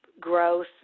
growth